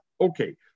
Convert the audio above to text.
okay